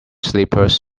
slippers